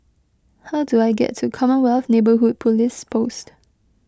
how do I get to Commonwealth Neighbourhood Police Post